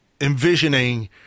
envisioning